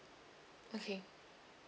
okay